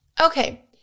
Okay